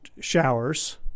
showers